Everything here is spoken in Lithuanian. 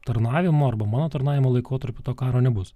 tarnavimo arba mano tarnavimo laikotarpiu to karo nebus